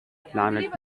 planet